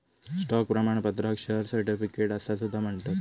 stock प्रमाणपत्राक share certificate असा सुद्धा म्हणतत